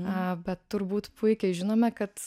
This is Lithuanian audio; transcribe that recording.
na bet turbūt puikiai žinome kad